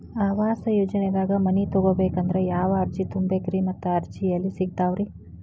ಆವಾಸ ಯೋಜನೆದಾಗ ಮನಿ ತೊಗೋಬೇಕಂದ್ರ ಯಾವ ಅರ್ಜಿ ತುಂಬೇಕ್ರಿ ಮತ್ತ ಅರ್ಜಿ ಎಲ್ಲಿ ಸಿಗತಾವ್ರಿ?